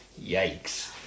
Yikes